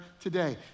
today